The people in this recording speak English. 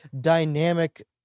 dynamic